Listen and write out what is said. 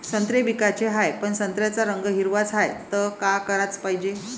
संत्रे विकाचे हाये, पन संत्र्याचा रंग हिरवाच हाये, त का कराच पायजे?